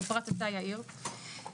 בפרט אתה אדוני סגן השרה,